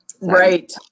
Right